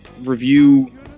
review